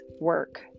work